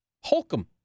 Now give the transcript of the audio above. Holcomb